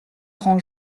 rend